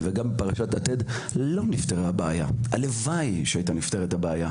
אני רוצה שנהיה ברורים.